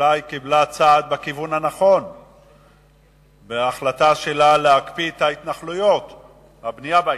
שאולי קיבלה צעד בכיוון הנכון בהחלטה שלה להקפיא את הבנייה בהתנחלויות.